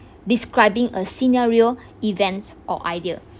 describing a scenario events or idea